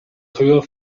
geur